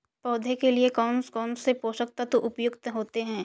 पौधे के लिए कौन कौन से पोषक तत्व उपयुक्त होते हैं?